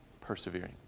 persevering